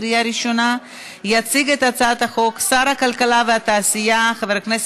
עברה בקריאה ראשונה ועוברת לוועדת הכנסת,